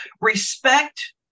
respect